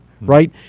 right